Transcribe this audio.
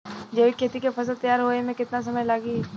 जैविक खेती के फसल तैयार होए मे केतना समय लागी?